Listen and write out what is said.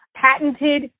patented